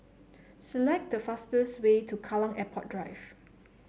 select the fastest way to Kallang Airport Drive